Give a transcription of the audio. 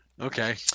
Okay